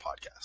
podcast